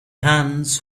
hands